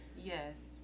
Yes